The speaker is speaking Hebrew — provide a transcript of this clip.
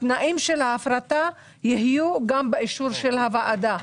התנאים של ההפרטה יהיו גם באישור של הוועדה.